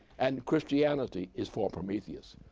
and christianity is for prometheus.